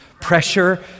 pressure